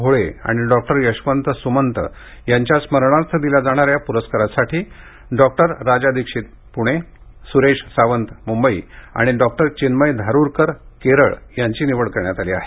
भोळे आणि डॉक्टर यशवंत सुमंत यांच्या स्मरणार्थ दिल्या जाणाऱ्या पुरस्कारासाठी डॉक्टर राजा दीक्षित पुणे सुरेश सावंत मुंबई आणि डॉक्टर चिन्मय धारुरकर केरळ यांची निवड करण्यात आली आहे